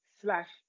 slash